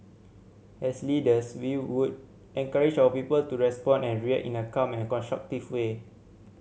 as leaders we would encourage our people to respond and react in a calm and constructive way